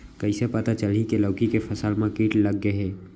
कइसे पता चलही की लौकी के फसल मा किट लग गे हे?